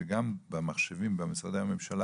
שגם במחשבים במשרדי הממשלה,